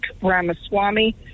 Ramaswamy